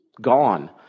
gone